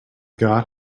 god